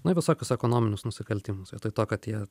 na į visokius ekonominius nusikaltimus vietoj to kad jie